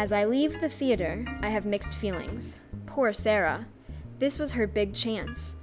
as i leave the theater i have mixed feelings poor sarah this was her big chance